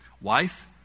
Wife